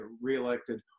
reelected